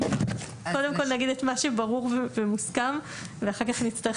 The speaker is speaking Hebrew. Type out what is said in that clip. קודם כל נגיד את מה שברור ומוסכם ואחר כך נצטרך